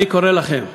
אני קורא לכם,